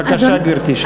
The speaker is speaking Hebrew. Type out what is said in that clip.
בבקשה, גברתי.